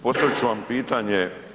Postavit ću vam pitanje.